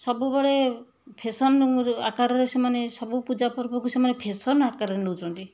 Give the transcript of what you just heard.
ସବୁବେଳେ ଫେଶନ ଆକାରରେ ସେମାନେ ସବୁ ପୂଜା ପର୍ବକୁ ସେମାନେ ଫେଶନ ଆକାରରେ ନଉଛନ୍ତି